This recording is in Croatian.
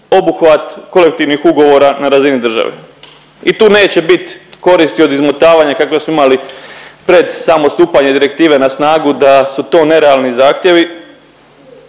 obuhvat kolektivnih ugovora na razini države i tu neće biti koristi od izmotavanja kakve smo imali pred samo stupanje direktive na snagu da su to nerealni zahtjevi.